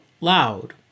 loud